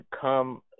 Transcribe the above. come